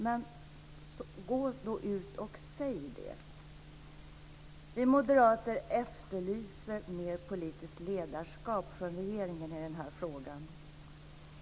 Men gå då ut och säg det. Vi moderater efterlyser mer politiskt ledarskap från regeringen i denna fråga.